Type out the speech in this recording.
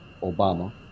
obama